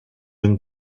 une